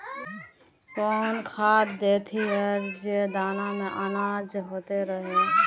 कौन खाद देथियेरे जे दाना में ओजन होते रेह?